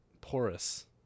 porous